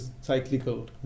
cyclical